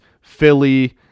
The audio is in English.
Philly